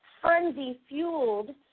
frenzy-fueled